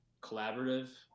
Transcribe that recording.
collaborative